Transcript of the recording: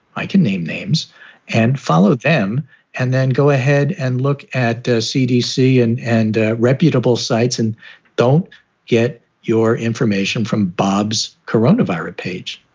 i can name names and follow them and then go ahead and look at ah cdc and and ah reputable sites. and don't get your information from bob's corona virus page